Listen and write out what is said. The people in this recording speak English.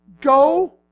go